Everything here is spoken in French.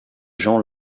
gens